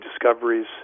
discoveries